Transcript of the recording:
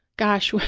gosh,